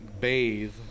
bathe